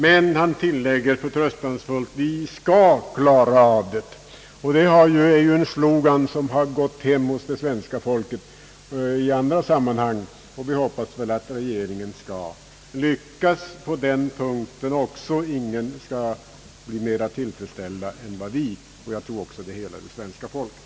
Men han tillade förtröstansfullt: »Vi ska klara av det!» Ja, det är ju en slogan som har gått hem hos svenska folket i andra sammanhang. Vi hoppas att regeringen skall lyckas i detta avseende — inga blir i så fall mer tillfredsställda än vi, och jag tror hela det svenska folket.